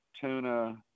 tuna